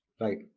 Right